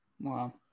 Wow